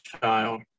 child